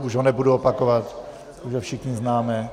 Už ho nebudu opakovat, všichni ho známe.